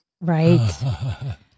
Right